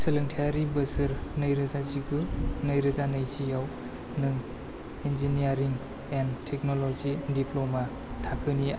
सोलोंथायारि बोसोर नैरोजा जिगु नैरोजा नैजिआव नों इनजिनियारिं एन्ड टेक्न'ल'जि डिप्ल'मा थाखोनि